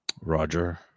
roger